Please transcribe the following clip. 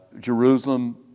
Jerusalem